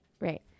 Right